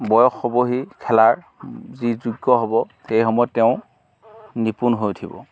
বয়স হ'বহি খেলাৰ যি যোগ্য হ'ব সেই সময়ত তেওঁ নিপুণ হৈ উঠিব